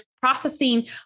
processing